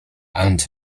aunt